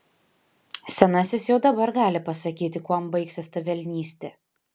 senasis jau dabar gali pasakyti kuom baigsis ta velnystė